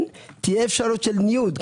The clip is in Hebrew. תהיה אפשרות של ניוד.